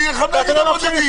אני נלחם נגד הבודדים.